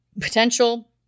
potential